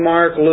Mark